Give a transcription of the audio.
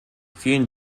vielen